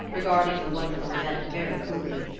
regarding the wonderful event very coolly.